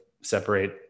separate